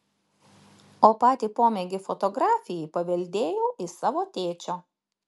o patį pomėgį fotografijai paveldėjau iš savo tėčio